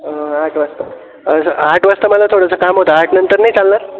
आठ वाजतां आठ वाजता मला थोडंसं काम होतं आठनंतर नाही चालणार